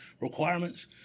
requirements